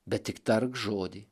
bet tik tark žodį